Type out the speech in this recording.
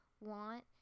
want